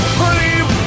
believe